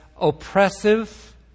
oppressive